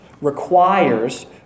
requires